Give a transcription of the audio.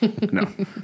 No